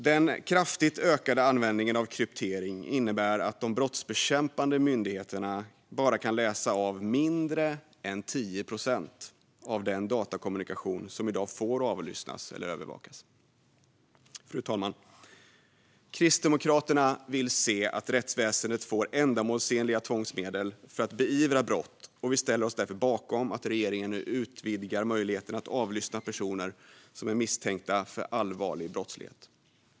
Den kraftigt ökade användningen av kryptering innebär att de brottsbekämpande myndigheterna bara kan läsa av mindre än 10 procent av den datakommunikation som i dag får avlyssnas eller övervakas. Fru talman! Kristdemokraterna vill se att rättsväsendet får ändamålsenliga tvångsmedel för att beivra brott. Vi ställer oss därför bakom att regeringen nu utvidgar möjligheten att avlyssna personer som är misstänkta för allvarlig brottslighet.